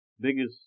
biggest